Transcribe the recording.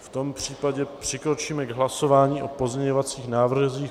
V tom případě přikročíme k hlasování o pozměňovacích návrzích.